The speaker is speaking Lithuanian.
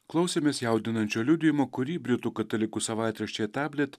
klausėmės jaudinančio liudijimo kurį britų katalikų savaitraščiui tablet